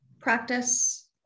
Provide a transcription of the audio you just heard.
practice